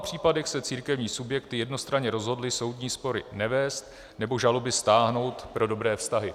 V mnoha případech se církevní subjekty jednostranně rozhodly soudní spory nevést nebo žaloby stáhnout pro dobré vztahy.